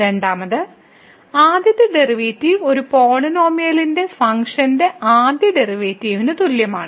രണ്ടാമത് ആദ്യത്തെ ഡെറിവേറ്റീവ് ഈ പോളിനോമിയലിന്റെ ഫംഗ്ഷന്റെ ആദ്യ ഡെറിവേറ്റീവിന് തുല്യമാണ്